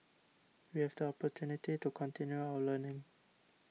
we have the opportunity to continue our learning